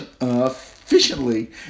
efficiently